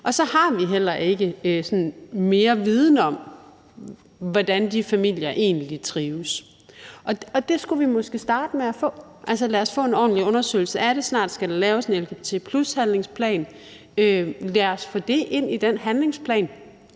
Og så har vi heller ikke mere viden om, hvordan de familier egentlig trives, og det skulle vi måske starte med at få. Lad os få en ordentlig undersøgelse af det. Snart skal der laves en lgbt+-handlingsplan. Lad os få det ind i den handlingsplan,